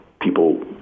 people